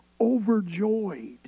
overjoyed